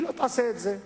היא לא תעשה את זה,